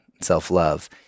self-love